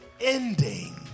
ending